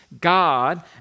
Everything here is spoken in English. God